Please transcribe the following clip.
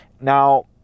Now